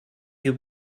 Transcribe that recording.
you